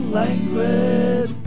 language